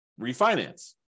refinance